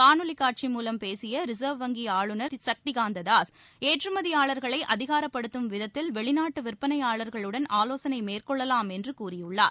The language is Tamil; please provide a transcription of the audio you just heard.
காணொளி காட்சி மூலம் பேசிய ரிசர்வ் வங்கி ஆளுநர் சக்திகாந்த தாஸ் ஏற்றுமதியாளர்களை அதிகாரப்படுத்தும் விதத்தில் வெளிநாட்டு விற்பனையாளர்களுடன் ஆலோசனை மேற்கொள்ளலாம் என்று கூறியுள்ளார்